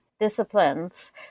disciplines